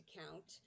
count